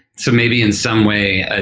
so maybe in some way,